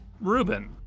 Reuben